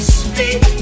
speak